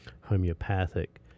homeopathic